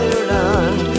Ireland